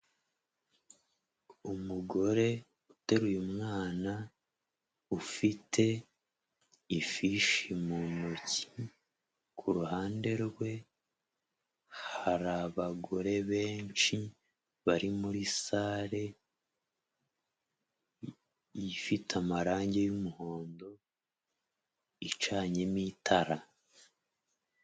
Umugore uteruye umwana ufite ifishi mu ntoki, ku ruhande rwe hari abagore benshi bari muri sare ifite amarange y'umuhondo icanyemo itara.